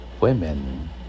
women